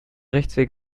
rechtsweg